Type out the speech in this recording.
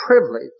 privilege